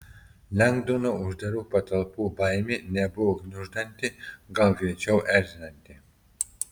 lengdono uždarų patalpų baimė nebuvo gniuždanti gal greičiau erzinanti